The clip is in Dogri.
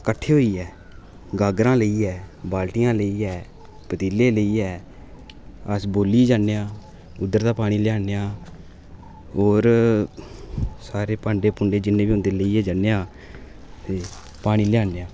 फिर अस कट्ठे होइयै गागरां लेइयै बालटियां लेइयै पतीले लेइयै अस ब्होल्ली जन्ने आं उद्धर दा पानी लेई औनेआं होर सारे भांडे भुंडे जिन्नें बी होंदे लेइयै जन्नेआ आं ते पान लेई औने आं